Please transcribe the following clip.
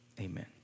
Amen